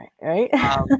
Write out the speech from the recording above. right